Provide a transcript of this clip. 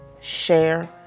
share